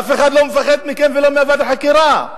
אף אחד לא מפחד מכם ולא מוועדת החקירה.